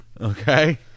Okay